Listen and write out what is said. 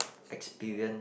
experience